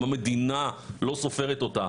אם המדינה לא סופרת אותה,